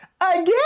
again